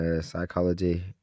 psychology